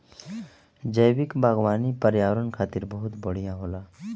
जैविक बागवानी पर्यावरण खातिर बहुत बढ़िया होला